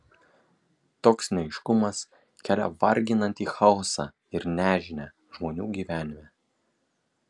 toks neaiškumas kelia varginantį chaosą ir nežinią žmonių gyvenime